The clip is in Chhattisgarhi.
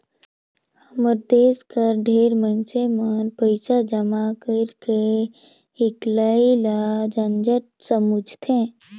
हमर देस कर ढेरे मइनसे मन पइसा जमा करई हिंकलई ल झंझट समुझथें